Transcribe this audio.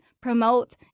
promote